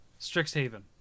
Strixhaven